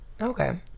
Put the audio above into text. Okay